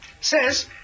says